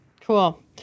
Cool